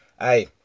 Hey